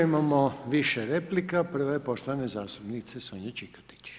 Imamo više replika, prva je poštovane zastupnice Sonje Čikotić.